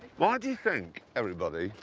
why do you think, everybody,